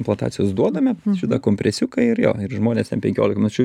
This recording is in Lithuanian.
implantacijos duodame šitą kompresiuką ir jo ir žmonės ten penkiolika minučių